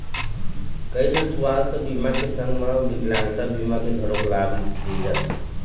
कइठन सुवास्थ बीमा के संग म बिकलांगता बीमा के घलोक लाभ दे जाथे